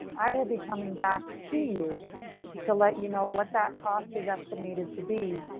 i will be coming back to you to let you know what that cost is estimated to be.